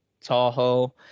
Tahoe